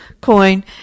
coin